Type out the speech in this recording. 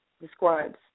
Describes